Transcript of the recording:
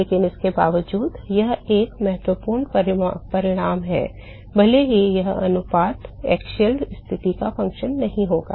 लेकिन इसके बावजूद यह एक महत्वपूर्ण परिणाम है भले ही यह अनुपात अक्षीय स्थिति का फ़ंक्शन नहीं होगा